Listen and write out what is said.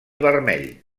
vermell